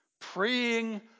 praying